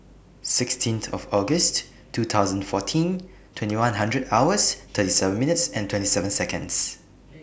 sixteen of August two thousand and fourteen twenty one hundred hours thirty seven minutes twenty seven Seconds